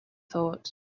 thought